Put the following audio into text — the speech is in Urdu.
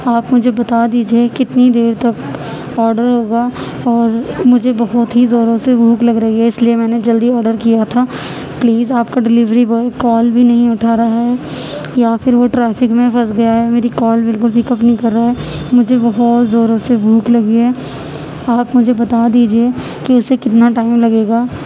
آپ مجھے بتا دیجیے کتنی دیر تک آڈر ہوگا اور مجھے بہت ہی زوروں سے بھوک لگ رہی ہے اس لیے میں نے جلدی آڈر کیا تھا پلیز آپ کا ڈلیوری بوائے کال بھی نہیں اٹھا رہا ہے یا پھر وہ ٹریفک میں پھنس گیا ہے میری کال بالکل پک اپ نہیں کر رہا ہے مجھے بہت زوروں سے بھوک لگی ہے آپ مجھے بتا دیجیے کہ اسے کتنا ٹائم لگے گا